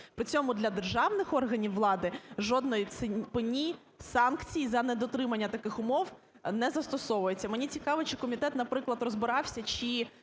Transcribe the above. При цьому для державних органів влади жодної пені, санкцій за недотримання таких умов не застосовується. Мені цікаво, чи комітет, наприклад, розбирався, чи